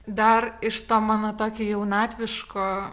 dar iš to mano tokio jaunatviško